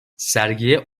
sergiye